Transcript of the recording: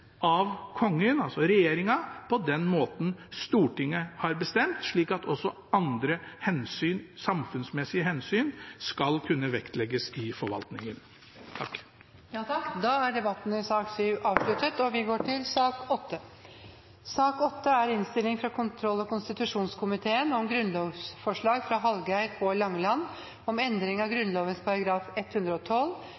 av Kongen, altså regjeringen, på den måten Stortinget har bestemt, slik at også andre samfunnsmessige hensyn skal kunne vektlegges i forvaltningen. Flere har ikke bedt om ordet til sak nr. 7. Dette er en sak der komiteens flertall er